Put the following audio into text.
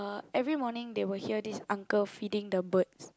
every morning they will hear this uncle feeding the birds